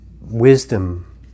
wisdom